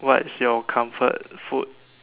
what is your comfort food